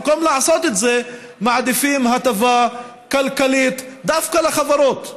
במקום לעשות את זה מעדיפים הטבה כלכלית דווקא לחברות.